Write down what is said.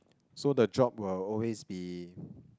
so the job will always be